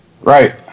Right